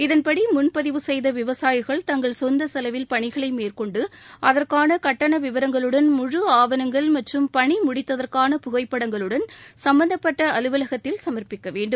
இதன்படி முன்பதிவு செய்த விவசாயிகள் தங்கள் சொந்த செலவில் பணிகளை மேற்கொண்டு அதற்கான கட்டண விவரங்களுடன் முழு ஆவணங்கள் மற்றம் பணி முடித்ததற்கான புகைப்படங்களுடன் சம்மந்தப்பட்ட அலுவலகத்தில் சமர்பிக்க வேண்டும்